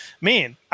man